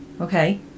okay